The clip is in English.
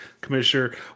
Commissioner